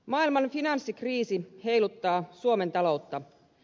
maailman finanssikriisi heiluttaa suomen taloutta